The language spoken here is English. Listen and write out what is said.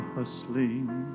hustling